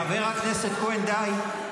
חבר הכנסת כהן, די.